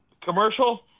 commercial